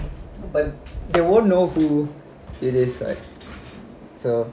but they won't know who it is [what] so